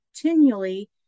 continually